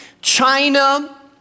China